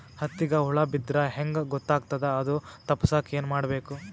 ಹತ್ತಿಗ ಹುಳ ಬಿದ್ದ್ರಾ ಹೆಂಗ್ ಗೊತ್ತಾಗ್ತದ ಅದು ತಪ್ಪಸಕ್ಕ್ ಏನ್ ಮಾಡಬೇಕು?